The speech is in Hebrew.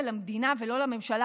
שהיא אופוזיציה למדינה ולא לממשלה,